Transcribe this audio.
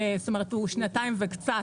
קיים שנתיים וקצת,